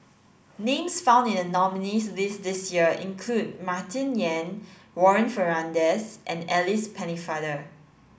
names found in the nominees' list this year include Martin Yan Warren Fernandez and Alice Pennefather